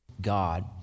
God